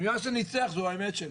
כי מה שניצח זו האמת שלנו.